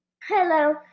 Hello